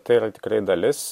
tai yra tikrai dalis